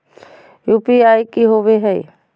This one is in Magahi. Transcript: यू.पी.आई की होवे हय?